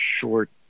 short